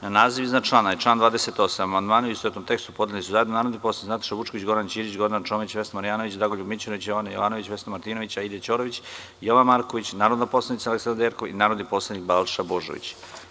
Na naziv iznad člana i član 28. amandmane u istovetnom tekstu podneli su zajedno narodni poslanici Nataša Vučković, Goran Ćirić, Gordana Čomić, Vesna Marjanović, Dragoljub Mićunović, Jovana Jovanović, Vesna Martinović, Aida Ćorović i Jovan Marković, narodni poslanici mr Aleksandra Jerkov i narodni poslanik Balša Božović.